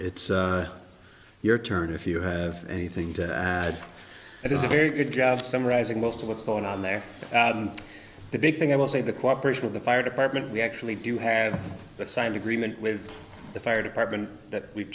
it's your turn if you have anything to add it is a very good job summarizing most of what's going on there the big thing i will say the cooperation of the fire department we actually do have a signed agreement with the fire department that we've